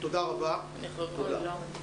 מה לגבי הימים?